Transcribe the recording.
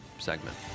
segment